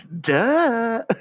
Duh